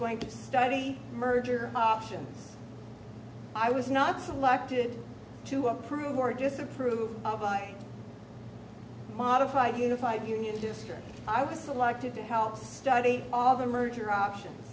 going to study merger option i was not selected to approve or disapprove of i modified unified union district i was selected to help study all the merger options